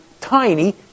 tiny